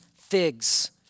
figs